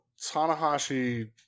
Tanahashi